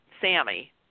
Sammy